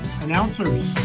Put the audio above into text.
announcers